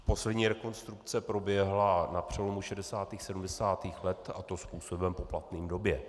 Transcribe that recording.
Poslední rekonstrukce proběhla na přelomu 60. a 70. let, a to způsobem poplatným době.